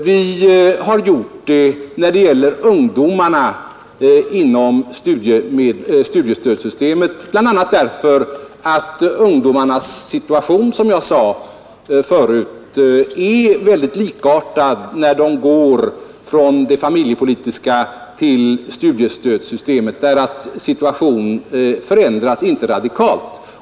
Vi har gjort det när det gäller ungdomarna inom studiestödssystemet bl.a. därför att ungdomarnas situation — som jag sade förut — när de går från det familjepolitiska stödet till studiestödssystemet inte förändras radikalt.